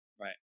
Right